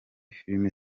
filime